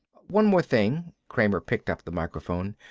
one more thing. kramer picked up the microphone.